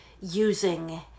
using